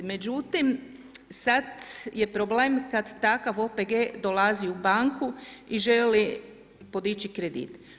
Međutim, sada je problem kada takav OPG dolazi u banku i želi podići kredit.